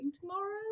tomorrow